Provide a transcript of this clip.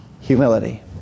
humility